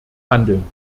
handeln